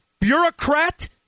bureaucrat